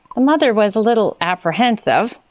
the mother was a little apprehensive,